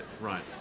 right